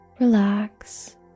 Relax